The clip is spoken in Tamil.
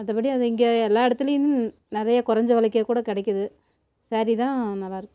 மற்றபடி அது இங்கே எல்லா இடத்துலியும் நிறைய குறஞ்ச விலைக்கே கூட கிடைக்கிது சேரீ தான் நல்லா இருக்குது